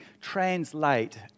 translate